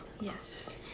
Yes